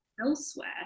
elsewhere